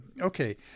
Okay